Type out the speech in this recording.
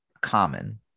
common